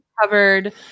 covered